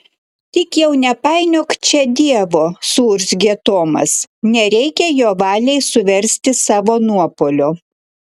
tik jau nepainiok čia dievo suurzgė tomas nereikia jo valiai suversti savo nuopuolio